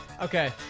Okay